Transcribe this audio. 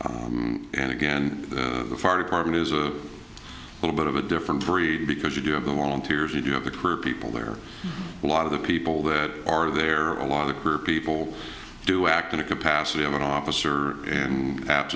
be and again the fire department is a little bit of a different breed because you do have the long tears you do have the crew people there a lot of the people that are there a lot of people do act in a capacity of an officer and